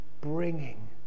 bringing